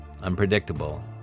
unpredictable